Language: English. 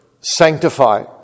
sanctify